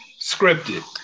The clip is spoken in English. Scripted